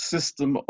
system